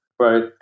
right